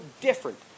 different